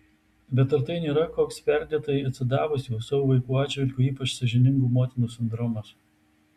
bet ar tai nėra koks perdėtai atsidavusių savo vaikų atžvilgiu ypač sąžiningų motinų sindromas